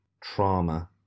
trauma